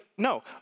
No